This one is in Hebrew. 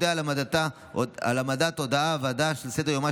אודה על העמדת הודעת הוועדה על סדר-יומה